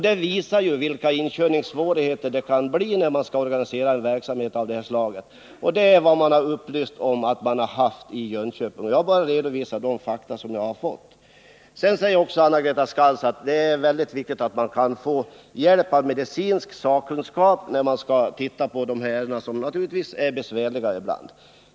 Det visar vilka inkörningssvårigheter det kan bli när man skall organisera en verksamhet av den här arten. Det är sådana svårigheter i Jönköping, har man upplyst om. Jag har bara redovisat de fakta jag har fått. Sedan säger Anna-Greta Skantz att det är mycket viktigt att man kan få hjälp av medicinsk sakkunskap när man skall se på dessa ärenden som naturligtvis är besvärliga ibland.